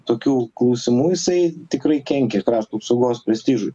tokių klausimų jisai tikrai kenkia krašto apsaugos prestižui